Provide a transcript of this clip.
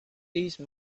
these